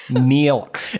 Milk